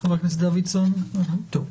תודה.